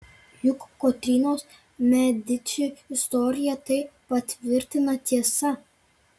juk kotrynos mediči istorija tai patvirtina tiesa